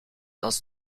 als